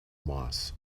moss